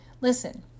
listen